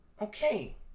Okay